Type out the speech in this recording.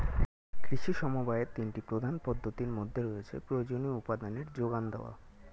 কৃষি সমবায়ের তিনটি প্রধান পদ্ধতির মধ্যে রয়েছে প্রয়োজনীয় উপাদানের জোগান দেওয়া